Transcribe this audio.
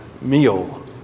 meal